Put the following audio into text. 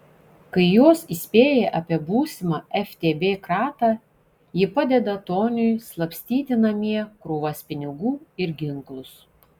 kai juos įspėja apie būsimą ftb kratą ji padeda toniui slapstyti namie krūvas pinigų ir ginklus